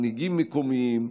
מנהיגים מקומיים,